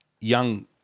young